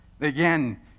Again